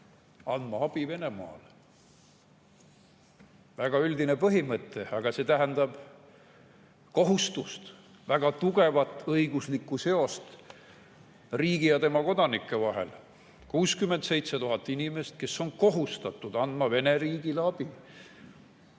Venemaale abi andma. Väga üldine põhimõte, aga see tähendab kohustust, väga tugevat õiguslikku seost riigi ja tema kodanike vahel – [meil on] 67 000 inimest, kes on kohustatud Vene riigile abi